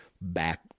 back